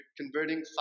converting